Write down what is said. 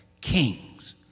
kings